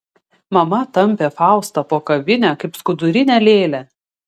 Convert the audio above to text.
mama tampė faustą po kavinę kaip skudurinę lėlę